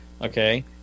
Okay